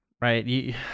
Right